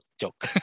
joke